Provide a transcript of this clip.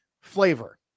flavor